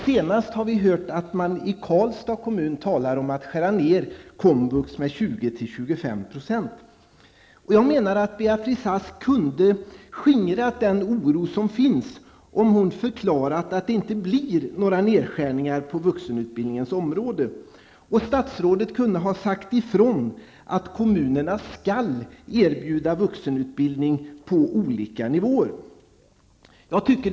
Senast har vi hört att man i Karlstads kommun talar om att skära ned komvux med 20-- Beatrice Ask kunde ha skingrat oron genom att förklara att det inte blir några nedskärningar på vuxenutbildningsområdet. Statsrådet kunde också ha sagt ifrån och framhållit att kommunerna skall erbjuda vuxenutbildning på olika nivåer.